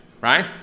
right